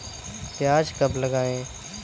प्याज कब लगाएँ?